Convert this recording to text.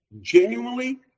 genuinely